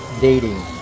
dating